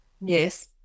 Yes